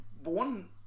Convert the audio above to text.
one